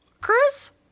Chris